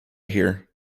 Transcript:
hear